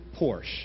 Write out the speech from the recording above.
Porsche